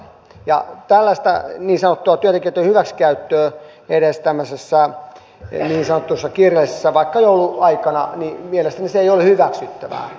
tällainen niin sanottu työntekijöitten hyväksikäyttö edes tämmöisissä niin sanotuissa kiireellisissä tilanteissa vaikka jouluaikana mielestäni ei ole hyväksyttävää